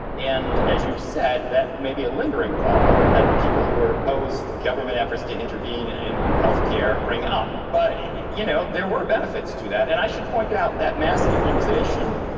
and as you've said, that maybe a lingering, paula, and that people who are opposed government efforts to intervene in health care bring up. but, you know, there were benefits to that. and i should point out that mass immunization,